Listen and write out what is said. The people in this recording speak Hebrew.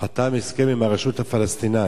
חתם על הסכם עם הרשות הפלסטינית.